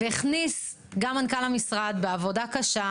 והכניס גם מנכ"ל המשרד בעבודה קשה,